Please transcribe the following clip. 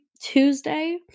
Tuesday